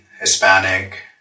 Hispanic